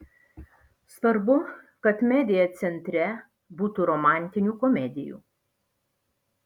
svarbu kad media centre būtų romantinių komedijų